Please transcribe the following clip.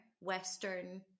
Western